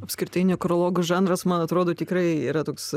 apskritai nekrologų žanras man atrodo tikrai yra toks